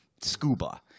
scuba